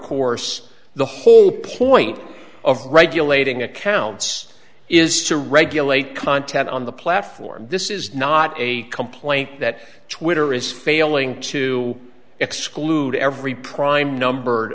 course the whole point of regulating accounts is to regulate content on the platform this is not a complaint that twitter is failing to exclude every prime number